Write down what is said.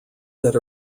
that